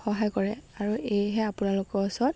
সহায় কৰে আৰু এয়েহে আপোনালোকৰ ওচৰত